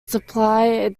supply